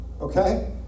Okay